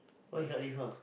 why cannot leave house